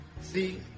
see